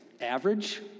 average